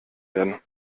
werden